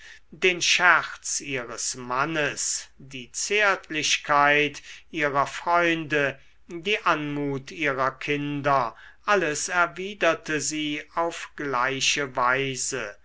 den scherz ihres mannes die zärtlichkeit ihrer freunde die anmut ihrer kinder alles erwiderte sie auf gleiche weise